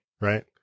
right